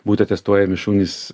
būt atestuojami šunys